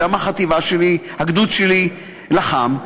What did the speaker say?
שם הגדוד שלי לחם,